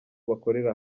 bakorera